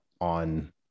on